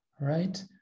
Right